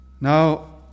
Now